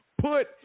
put